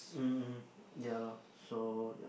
mm ya lor so ya